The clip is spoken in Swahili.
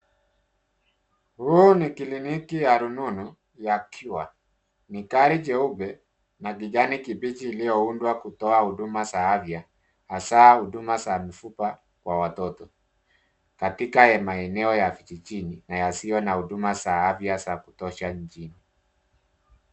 Huu ni kliniki ya rununu ya cure .Ni gari jeupe na kijani kibichi iliyoundwa kutoa huduma za afya hasa huduma za mifupa kwa watoto. Katika maeneo ya vijijini na yasiyo na huduma za afya za kutosha nchini.